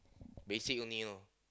basic only orh